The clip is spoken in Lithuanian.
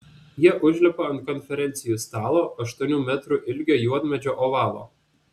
jie užlipa ant konferencijų stalo aštuonių metrų ilgio juodmedžio ovalo